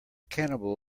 cannibal